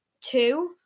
two